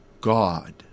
God